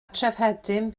trefhedyn